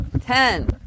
ten